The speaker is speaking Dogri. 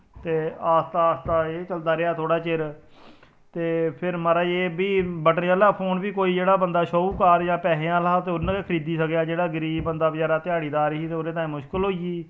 ते आस्ता आस्ता एह् चलदा रेहा थोह्ड़ा चिर ते फिर महाराज एह् बी बटने आह्ला फोन बी कोई जेह्ड़ा बंदा शाहूकार जां पैहे आह्ला हा ते उन्न गै खरीदी सकेआ जेह्ड़ा गरीब बंदा बचैरा ध्याड़ीदार ही ते ओहदे ताईं मुश्कल होई गेई